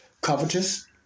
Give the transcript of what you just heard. Covetous